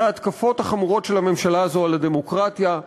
זה ההתקפות החמורות של הממשלה הזאת על הדמוקרטיה,